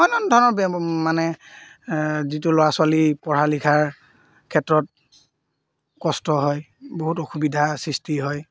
নানান ধৰণৰ বে মানে যিটো ল'ৰা ছোৱালী পঢ়া লিখাৰ ক্ষেত্ৰত কষ্ট হয় বহুত অসুবিধা সৃষ্টি হয়